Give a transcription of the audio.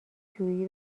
جویی